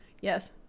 yes